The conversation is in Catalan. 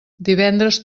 divendres